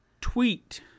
tweet